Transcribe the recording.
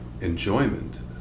enjoyment